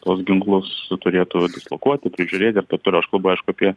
tuos ginklus turėtų dislokuoti tai žiūrėt ir taip toliau aš kalbu aišku apie